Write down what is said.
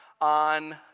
on